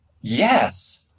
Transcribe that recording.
Yes